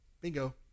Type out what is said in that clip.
Bingo